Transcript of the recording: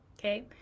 Okay